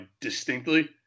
distinctly